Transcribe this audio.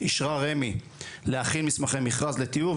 אישרה רמ"י להכין מסמכי מכרז לטיהור,